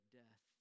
death